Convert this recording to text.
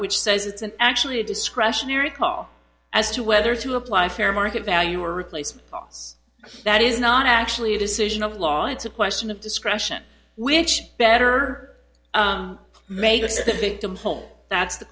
which says it's an actually discretionary call as to whether to apply fair market value or replace that is not actually a decision of law it's a question of discretion which better makes the victim whole that's the